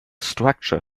structure